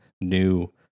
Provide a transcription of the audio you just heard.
new